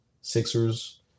Sixers